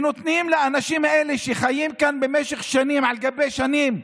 נותנים לאנשים האלה שחיים כאן במשך שנים על גבי שנים.